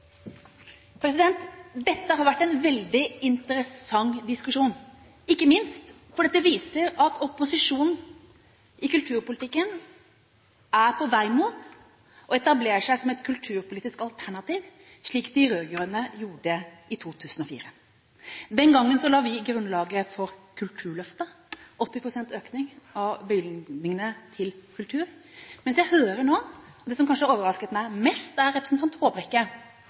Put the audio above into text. Dette har vært en veldig interessant diskusjon, ikke minst fordi den viser at i kulturpolitikken er opposisjonen på vei mot å etablere seg som et kulturpolitisk alternativ, slik de rød-grønne gjorde i 2004. Den gangen la vi grunnlaget for Kulturløftet, med 80 pst. økning av bevilgningene til kultur. Det som kanskje har overrasket meg mest, er